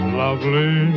lovely